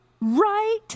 right